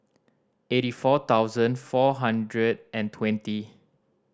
eighty four thousand four hundred and twenty